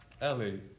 Ellie